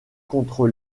contre